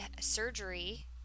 surgery